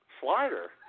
Slider